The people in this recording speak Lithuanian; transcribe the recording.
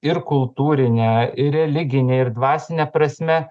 ir kultūrine ir religine ir dvasine prasme